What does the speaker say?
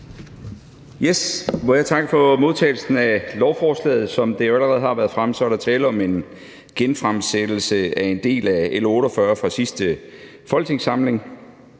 Må jeg takke for modtagelsen af lovforslaget her? Som det jo allerede har været fremme, er der tale om en genfremsættelse af en del af L 48 fra sidste folketingssamling,